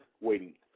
waiting